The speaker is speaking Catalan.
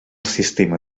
sistema